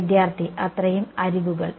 വിദ്യാർത്ഥി അത്രയും അരികുകൾ